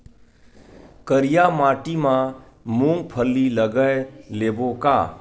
करिया माटी मा मूंग फल्ली लगय लेबों का?